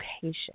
patient